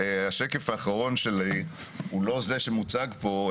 השקף האחרון שלי הוא לא זה שמוצג פה,